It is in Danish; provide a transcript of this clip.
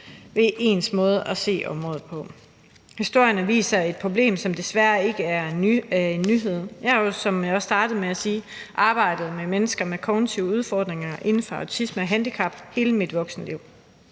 ved ens måde at se på området på. Historierne viser et problem, som desværre ikke er en nyhed. Jeg har, som jeg også startede med at sige, arbejdet med mennesker med kognitive udfordringer inden for autisme- og handicapområdet hele mit voksenliv.